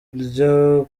ryo